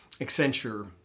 Accenture